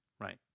Right